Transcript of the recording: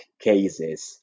cases